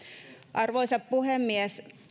arvoisa puhemies